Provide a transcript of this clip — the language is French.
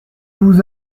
vous